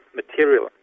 material